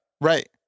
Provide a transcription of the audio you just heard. Right